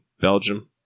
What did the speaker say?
Belgium